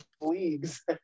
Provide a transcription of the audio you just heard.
leagues